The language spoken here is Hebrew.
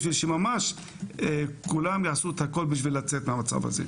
בשביל שממש כולם יעשו את הכול בשביל לצאת מהמצב הזה.